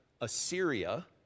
Assyria